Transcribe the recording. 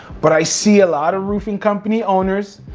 but i see a lot of roofing company owners,